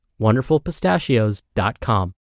WonderfulPistachios.com